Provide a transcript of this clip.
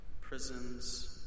prisons